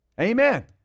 Amen